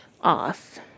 off